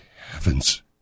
heavens